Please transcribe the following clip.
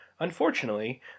Unfortunately